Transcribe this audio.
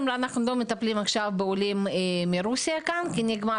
אמרה: אנחנו לא מטפלים בעולים מרוסיה כאן כי נגמר